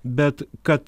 bet kad